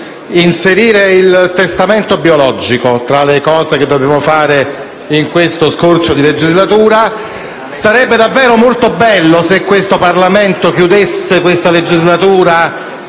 inserire il testamento biologico tra le cose che dobbiamo fare in questo scorcio di legislatura. Sarebbe davvero molto bello se il Parlamento chiudesse questa legislatura